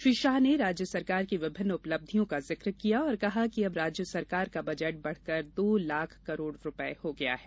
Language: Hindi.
श्री शाह ने राज्य सरकार की विभिन्न उपलब्धियों का जिक्र किया और कहा कि अब राज्य सरकार का बजट बढ़कर दो लाख करोड़ रूपए हो गया है